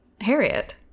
Harriet